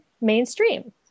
mainstream